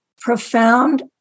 profound